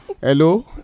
Hello